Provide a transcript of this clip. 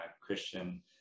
Christian